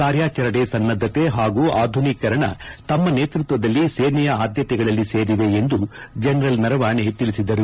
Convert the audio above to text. ಕಾರ್ಯಾಚರಣೆ ಸನ್ನದ್ದತೆ ಹಾಗು ಆಧುನೀಕರಣ ತಮ್ಮ ನೇತೃತ್ವದಲ್ಲಿ ಸೇನೆಯ ಆದ್ಯತೆಗಳಲ್ಲಿ ಸೇರಿವೆ ಎಂದು ಜನರಲ್ ನರಾವಣೆ ತಿಳಿಸಿದರು